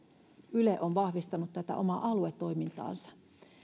yle on vahvistanut tätä omaa aluetoimintaansa